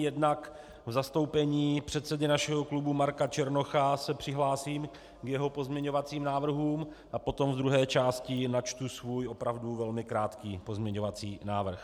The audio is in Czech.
Jednak v zastoupení předsedy našeho klubu Marka Černocha se přihlásím k jeho pozměňovacím návrhům a potom ve druhé části načtu svůj opravdu velmi krátký pozměňovací návrh.